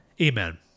Amen